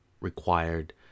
required